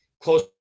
close